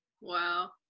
Wow